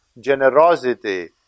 generosity